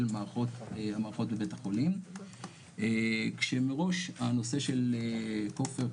המערכות בבית החולים כשמראש הנושא של כופר,